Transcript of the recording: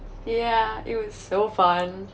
ya it was so fun